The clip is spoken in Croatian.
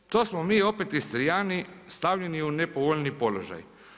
To smo mi opet Istrijani stavljeni u nepovoljni položaj.